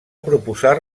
proposar